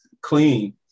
clean